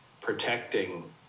protecting